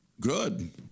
good